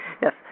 Yes